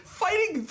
fighting